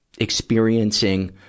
experiencing